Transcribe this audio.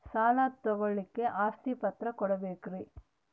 ಸಾಲ ತೋಳಕ್ಕೆ ಆಸ್ತಿ ಪತ್ರ ಕೊಡಬೇಕರಿ?